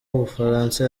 w’ubufaransa